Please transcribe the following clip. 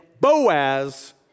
Boaz